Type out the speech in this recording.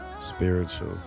spiritual